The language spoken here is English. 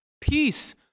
Peace